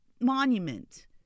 monument